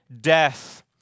death